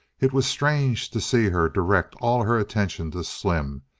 it was strange to see her direct all her attention to slim,